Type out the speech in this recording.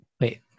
Wait